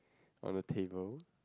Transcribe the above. on a table